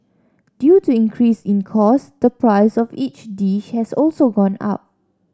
due to increase in cost the price of each dish has also gone up